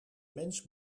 mens